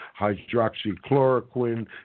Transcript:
hydroxychloroquine